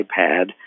iPad